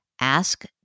Ask